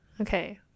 Okay